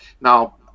Now